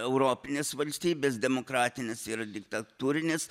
europinės valstybės demokratinės ir diktatūrinės